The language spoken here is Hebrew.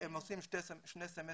הם עושים שני סמסטרים